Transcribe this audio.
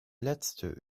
letzte